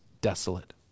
desolate